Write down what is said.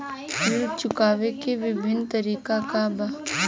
ऋण चुकावे के विभिन्न तरीका का बा?